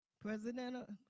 President